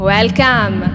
Welcome